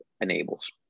enables